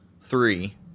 three